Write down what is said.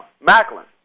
Macklin